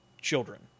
children